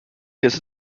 guess